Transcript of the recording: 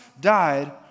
died